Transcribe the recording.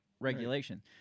regulation